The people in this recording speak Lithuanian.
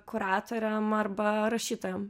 kuratoriam arba rašytojam